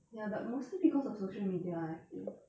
ya but mostly because of social media ah I feel